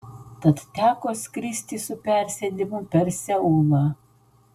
tad teko skristi su persėdimu per seulą